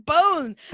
bone